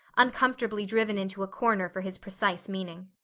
uncomfortably driven into a corner for his precise meaning.